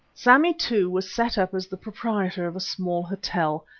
sammy, too, was set up as the proprietor of a small hotel,